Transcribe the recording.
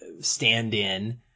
stand-in